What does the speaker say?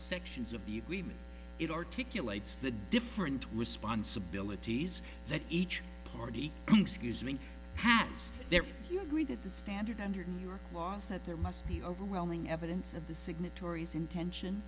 sections of the women it articulates the different responsibilities that each party excuse me hands there if you agree that the standard under new york law is that there must be overwhelming evidence of the signatories intention